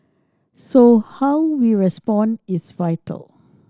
so how we respond is vital